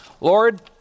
Lord